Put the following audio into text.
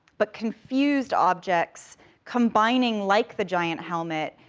but confused objects combining, like the giant helmet,